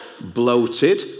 bloated